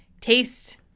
taste